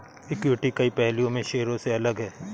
equity कई पहलुओं में शेयरों से अलग है